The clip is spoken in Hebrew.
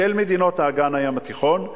של מדינות אגן הים התיכון,